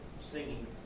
singing